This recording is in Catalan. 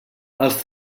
els